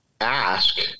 ask